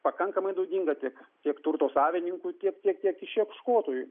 pakankamai naudinga tiek tiek turto savininkui tiek tiek tiek išieškotojui